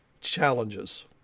challenges